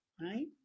right